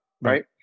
right